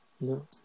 No